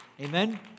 Amen